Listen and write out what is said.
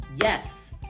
Yes